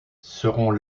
seront